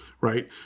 right